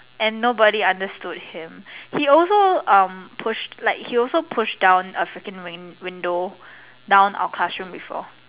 and nobody understood him he also um pushed like he also pushed down a freaking window down our classroom before